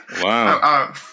Wow